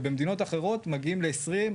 כשבמדינות אחרות מגיעים ל-20,